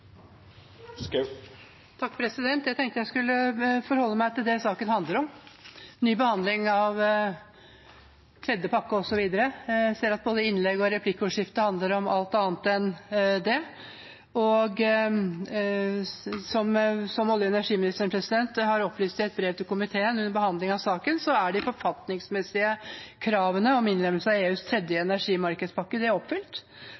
ny behandling av tredje pakke osv. Jeg ser at både innlegg og replikkordskifter handler om alt annet enn det. Som olje- og energiministeren har opplyst i et brev til komiteen under behandling av saken, er de forfatningsmessige kravene om innlemmelse av EUs tredje energimarkedspakke oppfylt, og Norge er